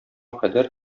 кадәр